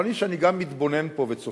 אבל אני, שאני גם מתבונן פה וצופה,